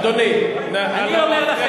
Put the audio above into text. חבר הכנסת, אדוני, נא לא להפריע,